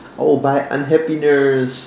I will buy unhappiness